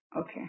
Okay